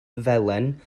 felen